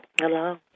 Hello